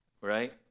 right